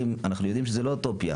אנחנו יודעים שזה לא אוטופיה,